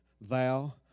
Thou